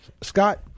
Scott